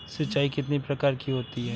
सिंचाई कितनी प्रकार की होती हैं?